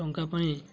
ଟଙ୍କା ପାଇଁ